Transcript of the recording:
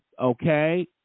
okay